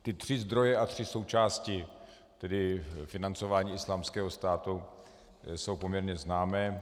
Ty tři zdroje a tři součásti financování Islámského státu jsou poměrně známé.